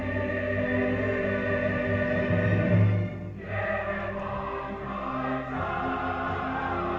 ah ah ah